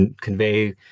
convey